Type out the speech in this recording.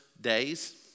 days